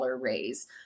raise